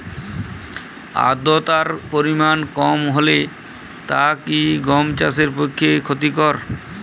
আর্দতার পরিমাণ কম হলে তা কি গম চাষের পক্ষে ক্ষতিকর?